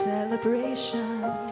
celebration